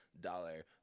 dollar